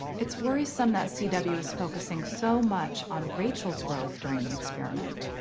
it's worrisome that c w. is focusing so much on rachel's growth during the experiment.